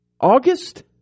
August